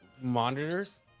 monitors